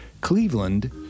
Cleveland